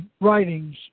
writings